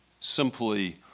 simply